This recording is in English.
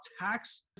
tax